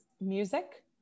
music